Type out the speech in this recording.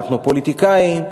אנחנו פוליטיקאים,